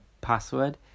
password